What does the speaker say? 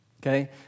Okay